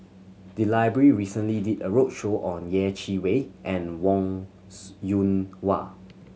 the library recently did a roadshow on Yeh Chi Wei and Wong Yoon Wah